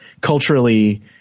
culturally